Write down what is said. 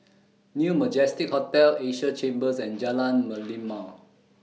New Majestic Hotel Asia Chambers and Jalan Merlimau